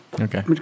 Okay